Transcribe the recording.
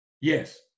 yes